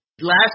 Last